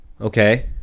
Okay